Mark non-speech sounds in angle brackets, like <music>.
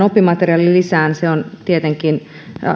<unintelligible> oppimateriaalilisään se on tietenkin